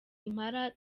impala